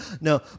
no